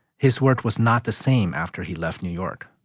his work was not the same after he left new york